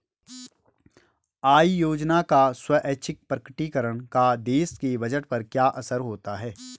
आय योजना का स्वैच्छिक प्रकटीकरण का देश के बजट पर क्या असर होता है?